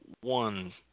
one